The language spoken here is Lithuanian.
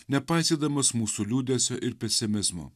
nepaisydamas mūsų liūdesio ir pesimizmo